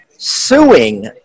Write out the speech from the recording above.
suing